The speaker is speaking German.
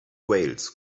wales